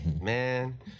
Man